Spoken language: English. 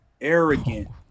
arrogant